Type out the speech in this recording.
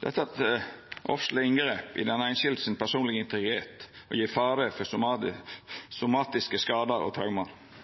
Dette er eit ofseleg inngrep i den einskilde sin personlege integritet og gjev fare for somatiske skadar og